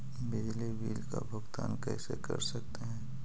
बिजली बिल का भुगतान कैसे कर सकते है?